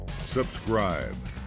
subscribe